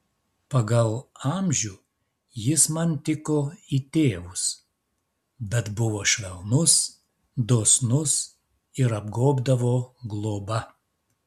pagal amžių jis man tiko į tėvus bet buvo švelnus dosnus ir apgobdavo globa